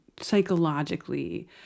psychologically